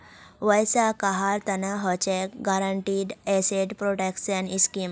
वैसा कहार तना हछेक गारंटीड एसेट प्रोटेक्शन स्कीम